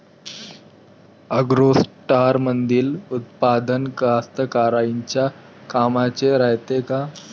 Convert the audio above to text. ॲग्रोस्टारमंदील उत्पादन कास्तकाराइच्या कामाचे रायते का?